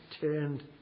turned